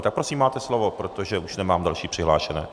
Tak prosím, máte slovo, protože už nemám další přihlášené.